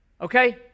okay